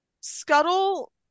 Scuttle